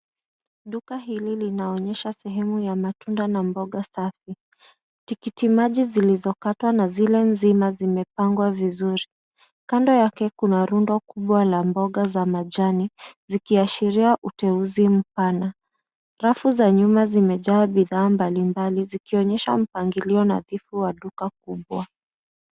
Duka hili linaonyesha sehemu ya matunda na mboga safi. Tikitimaji zilizo katwa na zile nzima zimepangwa vizuri. Kando yake kuna rundo kubwa la mboga za majani zikiashiria uteuzi mpana. Rafu za nyuma zimejaa bidhaa mbalimbali zikionyesha mpangilio nadhifu wa duka kubwa.